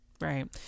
Right